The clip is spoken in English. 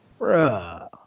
Bruh